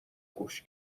گوش